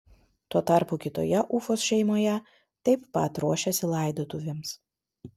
tuo tarpu kitoje ufos šeimoje taip pat ruošėsi laidotuvėms